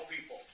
people